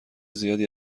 زیادی